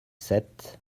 sept